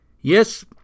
Yes